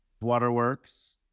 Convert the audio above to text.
waterworks